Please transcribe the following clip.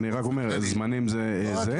אני רק אומר, הזמנים זה זה.